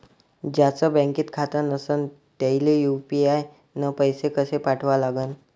ज्याचं बँकेत खातं नसणं त्याईले यू.पी.आय न पैसे कसे पाठवा लागन?